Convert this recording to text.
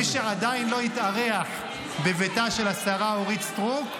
מי שעדיין לא התארח בביתה של השרה אורית סטרוק,